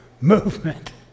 Movement